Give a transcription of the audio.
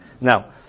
Now